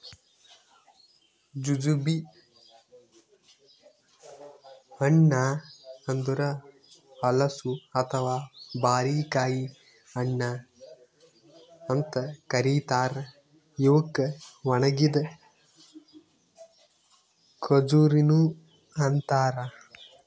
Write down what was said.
jujube ಹಣ್ಣ ಅಂದುರ್ ಹಲಸು ಅಥವಾ ಬಾರಿಕಾಯಿ ಹಣ್ಣ ಅಂತ್ ಕರಿತಾರ್ ಇವುಕ್ ಒಣಗಿದ್ ಖಜುರಿನು ಅಂತಾರ